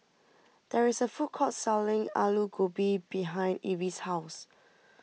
there is a food court selling Alu Gobi behind Evie's house